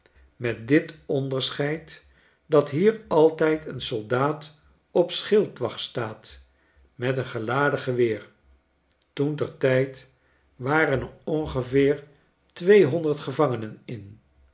met dit onderscheid dat hier altijd een soldaat op schildwacht staat met een geladen geweer toen ter tijd waren er ongeveer tweehonderd gevangenen in